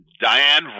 Diane